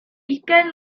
ugain